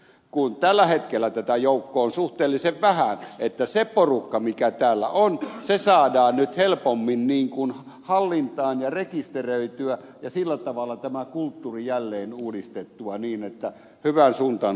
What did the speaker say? kun tällä hetkellä tätä joukkoa on suhteellisen vähän niin se porukka mikä täällä on saadaan nyt helpommin hallintaan ja rekisteröityä ja sillä tavalla tämä kulttuuri jälleen uudistettua niin että hyvään suuntaan ollaan menossa